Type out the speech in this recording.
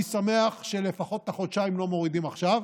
אני שמח שלפחות את החודשיים לא מורידים עכשיו,